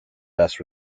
best